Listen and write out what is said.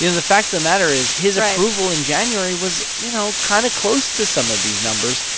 you know the fact of the matter is his approval in january was, you know, kind of close to some of these numbers.